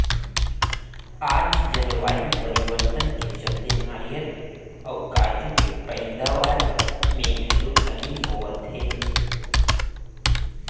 आज जलवायु परिवर्तन के चलते नारियर अउ काजू के पइदावार मे घलो कमी होवत हे